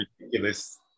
ridiculous